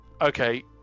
Okay